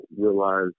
realize